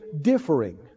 differing